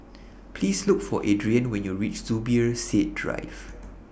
Please Look For Adrienne when YOU REACH Zubir Said Drive